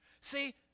See